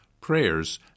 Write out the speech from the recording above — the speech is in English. prayers